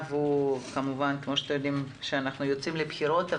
כפי שאתם יודעים, אנחנו יוצאים לבחירות.